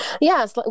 Yes